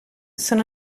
sono